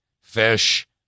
Fish